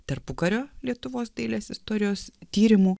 tarpukario lietuvos dailės istorijos tyrimų